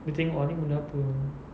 dia tengok ah ini benda apa